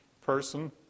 person